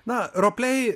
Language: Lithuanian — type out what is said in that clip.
na ropliai